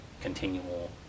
continual